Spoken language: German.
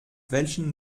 welchen